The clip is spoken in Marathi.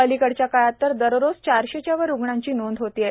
अलीकडच्या काळात तर दररोज चारशेच्यावर रुग्णांची नोंद होत आहे